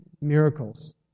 miracles